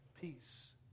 peace